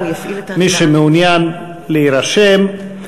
מי שמעוניין להירשם,